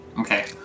Okay